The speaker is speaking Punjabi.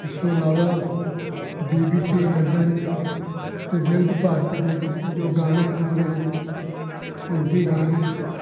ਇਸ ਤੋਂ ਇਲਾਵਾ ਬੀ ਬੀ ਸੀ ਲੰਡਨ ਅਤੇ ਬਿਰਧ ਭਾਰਤੀ ਦੇ ਜੋ ਗਾਣੇ ਆਉਂਦੇ ਹਨ ਹਿੰਦੀ ਗਾਣੇ